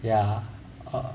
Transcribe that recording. ya